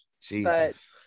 Jesus